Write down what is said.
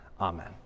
Amen